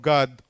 God